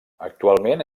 actualment